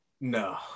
No